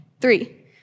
Three